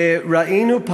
וראינו,